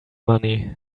money